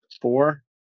Four